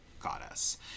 goddess